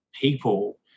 people